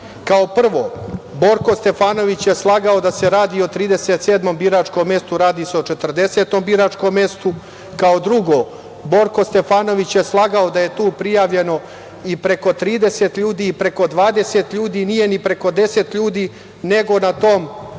prvo, Borko Stefanović je slagao da se radi o 37 biračkom mestu. Radi se o 40 biračkom mestu. Kao drugo, Borko Stefanović je slagao da je tu prijavljeno i preko 30 ljudi i preko 20 ljudi, nije ni preko deset ljudi, nego na tom placu